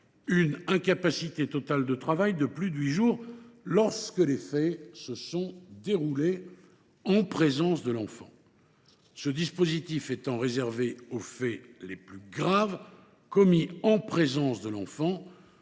une incapacité totale de travail (ITT) de plus de huit jours, lorsque les faits se sont déroulés en présence de l’enfant. Ce dispositif étant réservé aux faits les plus graves commis en présence de l’enfant,